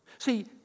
See